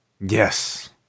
Yes